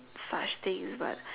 such things but